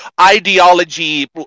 Ideology